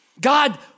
God